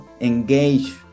engage